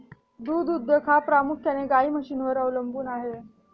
दूध उद्योग हा प्रामुख्याने गाई म्हशींवर अवलंबून आहे